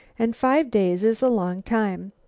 and five days is a long time.